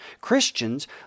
Christians